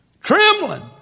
Trembling